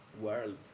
world